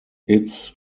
its